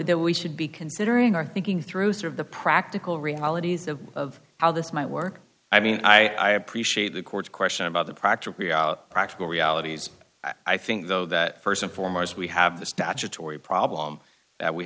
we should be considering or thinking through some of the practical realities of of how this might work i mean i appreciate the court's question about the proctor practical realities i think though that first and foremost we have the statutory problem that we